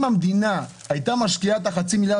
אם המדינה היתה משקיעה את החצי מיליארד